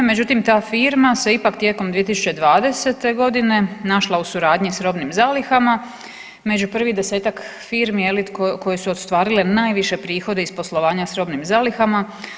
Međutim ta firma se ipak se tijekom 2020.g. našla u suradnji sa robnim zalihama, među prvih desetak firmi koje su ostvarile najviše prihode iz poslovanja s robnim zalihama.